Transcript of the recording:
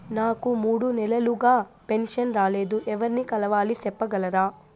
నాకు మూడు నెలలుగా పెన్షన్ రాలేదు ఎవర్ని కలవాలి సెప్పగలరా?